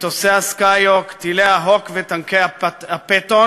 מטוסי "סקייהוק", טילי "הוק" וטנקי "פטון"